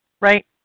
Right